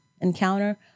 encounter